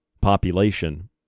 population